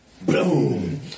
boom